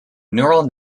neural